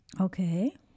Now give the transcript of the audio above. Okay